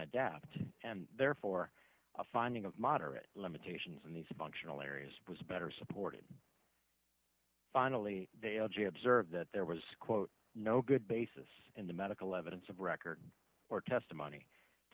adapt and therefore a finding of moderate limitations in these functional areas was better supported finally they o j observed that there was quote no good basis in the medical evidence of record or testimony to